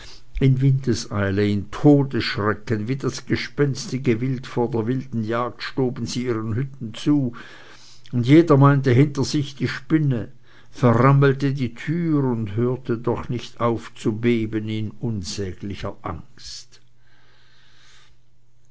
in windeseile in todesschrecken wie das gespenstige wild vor der wilden jagd stoben sie ihren hütten zu und jeder meinte hinter sich die spinne versammelte die türe und hörte doch nicht auf zu beben in unsäglicher angst